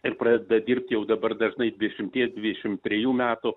ir pradeda dirbti jau dabar dažnai dvidešimties dvidešim trejų metų